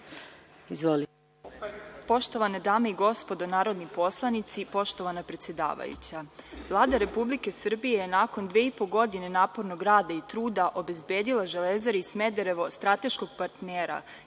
Poštovane dame i gospodo narodni poslanici, poštovana predsedavajuća, Vlada Republike Srbije je nakon dve i po godine napornog rada i truda obezbedila „Železari Smederevo“ strateškog partnera,